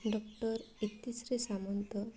doctor Itishree Samanta